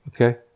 Okay